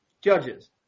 Judges